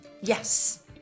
Yes